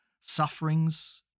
sufferings